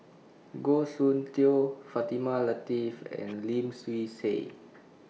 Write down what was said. Goh Soon Tioe Fatimah Lateef and Lim Swee Say